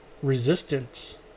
Resistance